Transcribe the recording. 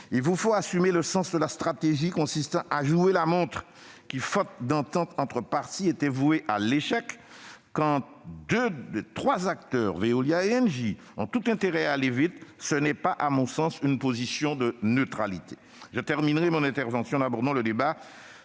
il vous faut assumer le sens de la stratégie consistant à « jouer la montre » qui, faute d'entente entre les parties, était vouée à l'échec. Quand deux des trois acteurs- Veolia et Engie -ont tout intérêt à aller vite, ce n'est pas, à mon sens, une position de neutralité. Le troisième et dernier point de mon